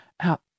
out